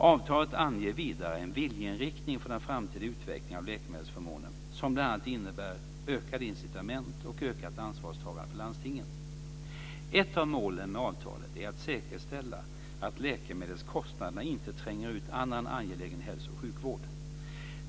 Avtalet anger vidare en viljeinriktning för den framtida utvecklingen av läkemedelsförmånen som bl.a. innebär ökade incitament och ökat ansvarstagande för landstingen. Ett av målen med avtalet är att säkerställa att läkemedelskostnaderna inte tränger ut annan angelägen hälso och sjukvård.